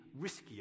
riskier